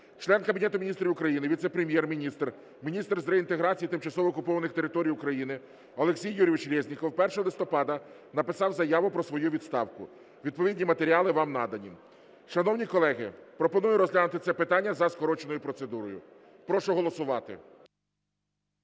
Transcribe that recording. Член Кабінету Міністрів України, Віце-прем'єр-міністр – Міністр з реінтеграції тимчасово окупованих територій України Олексій Юрійович Резніков 1 листопада написав заяву про свою відставку, відповідні матеріали вам надані. Шановні колеги, пропоную розглянути це питання за скороченою процедурою. Прошу голосувати.